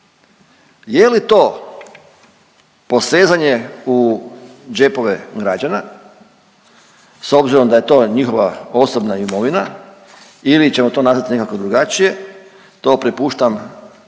Je li to posezanje u džepove građana s obzirom da je to njihova osobna imovina ili ćemo to nazvati nekako drugačije, to prepuštam